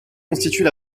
constituent